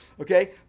okay